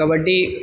kabaddi